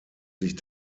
sich